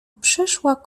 przeszła